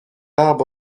arbre